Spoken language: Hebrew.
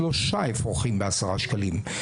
שלושה אפרוחים בעשרה שקלים.